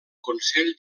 consell